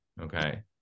Okay